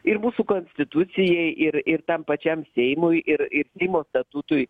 ir mūsų konstitucijai ir ir tam pačiam seimui ir ir seimo statutui